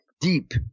Deep